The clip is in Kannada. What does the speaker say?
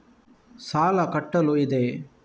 ಸಾಲ ಕಟ್ಟಲು ಇದೆ